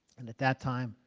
and at that time,